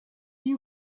you